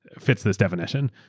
fits this definition.